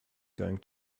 going